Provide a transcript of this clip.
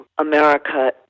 America